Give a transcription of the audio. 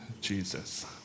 Jesus